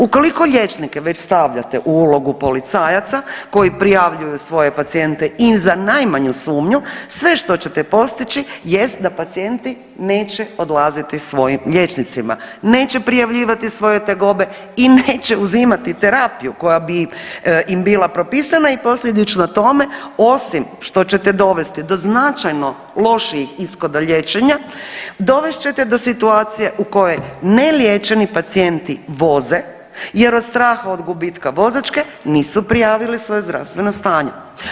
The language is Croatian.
Ukoliko liječnike već stavljate u ulogu policajaca koji prijavljuju svoje pacijente i za najmanju sumnju, sve što ćete postići jest da pacijenti neće odlaziti svojim liječnicima, neće prijavljivati svoje tegobe i neće uzimati terapiju koja bi im bila propisana i posljedično tome osim što ćete dovesti do značajno lošijih ishoda liječenja dovest ćete do situacije u kojoj ne liječeni pacijenti voze jer od straha od gubitka vozačke nisu prijavili svoje zdravstveno stanje.